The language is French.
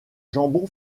jambon